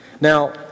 Now